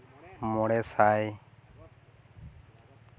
ᱢᱚᱬᱮ ᱥᱟᱭ